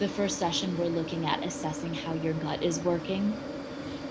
the first session we're looking at assessing how your gut is working